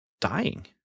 dying